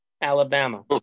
Alabama